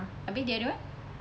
abeh the other one